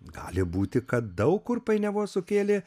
gali būti kad daug kur painiavos sukėlė